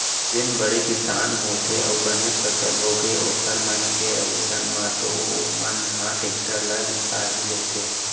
जेन बड़े किसान होथे अउ बने फसल होगे ओखर मन के अइसन म तो ओमन ह टेक्टर ल बिसा ही लेथे